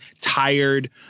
tired